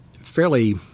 fairly